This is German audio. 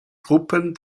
truppen